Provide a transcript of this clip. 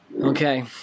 Okay